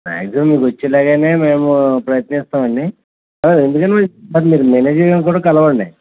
maximum మీకు వచ్చేలాగ మేము ప్రయత్నిస్తాం అండి ఎందుకైన మంచిది మీరు మేనేజర్ గారిని కూడా కలవండి